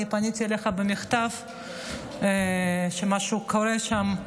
אני פניתי אליך במכתב שמשהו קורה שם,